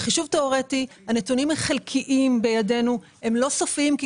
זה חישוב תיאורטי שהנתונים הם חלקיים והם לא סופיים כי